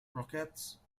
croquettes